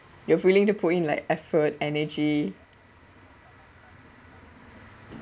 you're willing to put in like effort energy